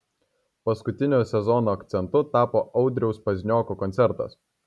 paskutiniu sezono akcentu taps audriaus paznioko koncertas